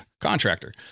contractor